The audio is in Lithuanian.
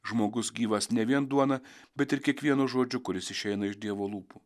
žmogus gyvas ne vien duona bet ir kiekvienu žodžiu kuris išeina iš dievo lūpų